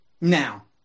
Now